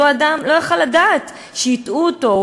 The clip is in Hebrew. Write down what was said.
אותו אדם לא יכול היה לדעת שהטעו אותו,